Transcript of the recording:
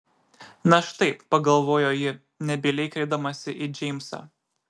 na štai pagalvojo ji nebyliai kreipdamasi į džeimsą